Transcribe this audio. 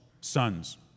sons